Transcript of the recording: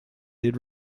did